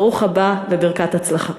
ברוך הבא וברכת הצלחה.